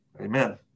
Amen